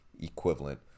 equivalent